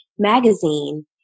magazine